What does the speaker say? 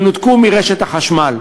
ינותקו מרשת החשמל.